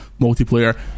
multiplayer